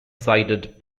sided